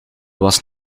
was